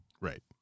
Right